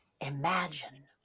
Imagine